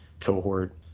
cohort